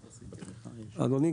אדוני,